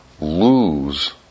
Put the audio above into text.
lose